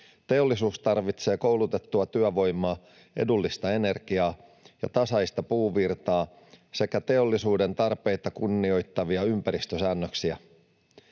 Teollisuus tarvitsee koulutettua työvoimaa, edullista energiaa ja tasaista puuvirtaa sekä teollisuuden tarpeita kunnioittavia ympäristösäännöksiä.